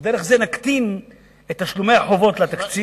ודרך זה נקטין את תשלומי החובות לתקציב,